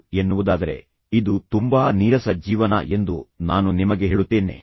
ಯಾವುದೇ ಸಂಘರ್ಷಗಳನ್ನು ಹೊಂದಿರಬಾರದು ಎನ್ನುವುದಾದರೆ ಇದು ತುಂಬಾ ನೀರಸ ಜೀವನ ಎಂದು ನಾನು ನಿಮಗೆ ಹೇಳುತ್ತೇನೆ